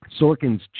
Sorkin's